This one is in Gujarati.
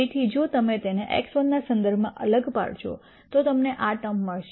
તેથી જો તમે તેને x 1 ના સંદર્ભમાં અલગ પાડશો તો તમને આ ટર્મ મળશે